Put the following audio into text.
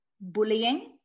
bullying